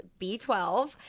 B12